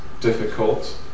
difficult